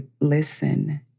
listen